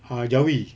ah jawi